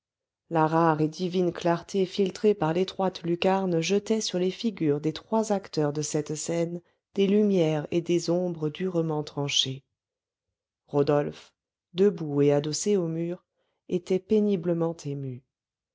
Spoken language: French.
la rare et vive clarté filtrée par l'étroite lucarne jetait sur les figures des trois acteurs de cette scène des lumières et des ombres durement tranchées rodolphe debout et adossé au mur était péniblement ému